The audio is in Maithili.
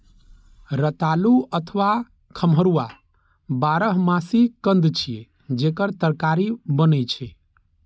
रतालू अथवा खम्हरुआ बारहमासी कंद छियै, जेकर तरकारी बनै छै